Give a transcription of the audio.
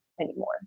anymore